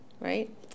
right